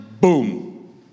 boom